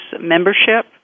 membership